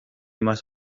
más